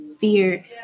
fear